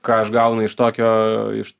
ką aš gaunu iš tokio iš